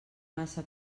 massa